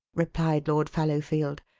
replied lord fallowfield.